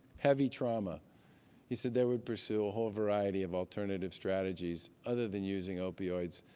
heavy trauma he said they would pursue a whole variety of alternative strategies other than using opioids